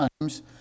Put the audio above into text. times